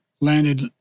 landed